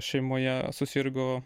šeimoje susirgo